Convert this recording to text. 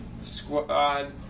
squad